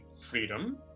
freedom